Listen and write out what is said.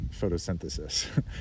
photosynthesis